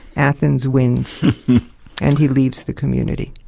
athens wins and he leaves the community.